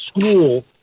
school